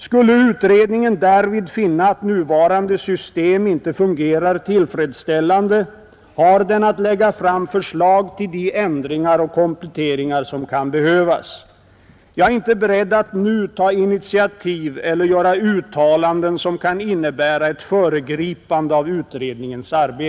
Skulle utredningen därvid finna att nuvarande system inte fungerar tillfredsställande, har den att lägga fram förslag till de ändringar och kompletteringar som kan behövas. Jag är inte beredd att nu ta initiativ eller göra uttalanden som kan innebära ett föregripande av utredningens arbete.